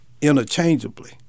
interchangeably